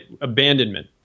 abandonment